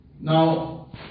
Now